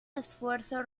esfuerzo